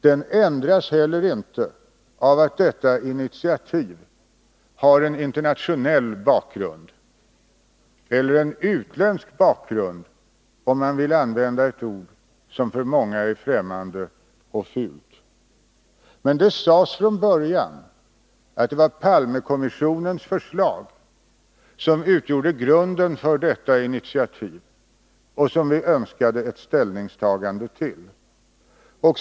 Den ändras heller inte av att detta initiativ har en internationell bakgrund — eller en utländsk bakgrund, om man vill använda ett ord som för många är främmande och fult. Det sades emellertid från början att det var Palmekommissionens förslag som utgjorde grunden för detta initiativ och som vi önskade ett ställningstagande till.